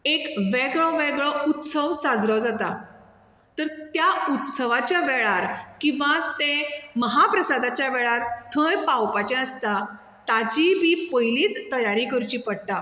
एक वेगळोवेगळो उत्सव साजरो जाता तर त्या उत्सवाच्या वेळार किंवा तें महाप्रसादाच्या वेळार थंय पावपाचें आसता ताजीय बी पयलींच तयारी करची पडटा